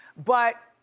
but,